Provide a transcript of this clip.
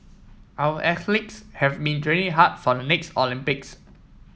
our athletes have been training hard for the next Olympics